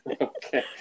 Okay